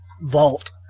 vault